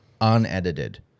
unedited